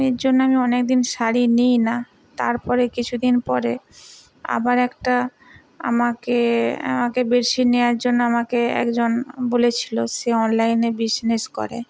এর জন্য আমি অনেক দিন শাড়ি নিই না তার পরে কিছু দিন পরে আবার একটা আমাকে আমাকে বেডশিট নেওয়ার জন্য আমাকে একজন বলেছিল সে অনলাইনে বিজনেস করে